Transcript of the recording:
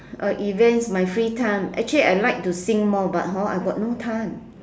uh events my free time actually I like to sing more but hor I got no time